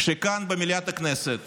כשכאן במליאת הכנסת